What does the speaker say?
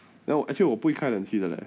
then 我 actually 我不会开冷气的 leh